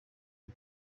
mit